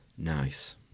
nice